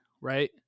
right